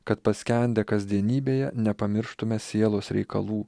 kad paskendę kasdienybėje nepamirštume sielos reikalų